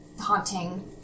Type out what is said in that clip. haunting